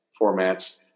formats